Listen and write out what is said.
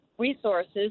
resources